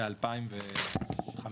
ב-2005, 2006,